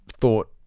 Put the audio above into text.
thought